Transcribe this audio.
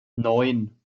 neun